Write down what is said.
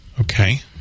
Okay